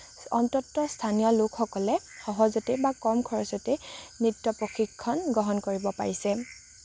অন্তত স্থানীয় লোকসকলে সহজতে বা কম খৰচতে নৃত্য প্ৰশিক্ষণ গ্ৰহণ কৰিব পাৰিছে